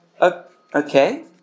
Okay